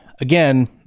again